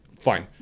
fine